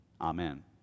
Amen